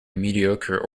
mediocre